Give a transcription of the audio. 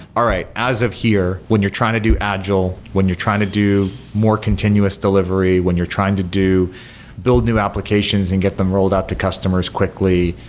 all right, as of here, when you're trying to do agile, when you're trying to do more continuous delivery, when you're trying to build new applications and get them rolled out to customers quickly,